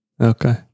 Okay